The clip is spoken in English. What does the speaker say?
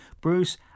Bruce